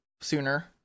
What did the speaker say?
sooner